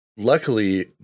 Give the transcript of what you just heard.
Luckily